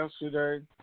yesterday